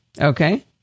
Okay